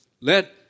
let